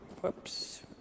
whoops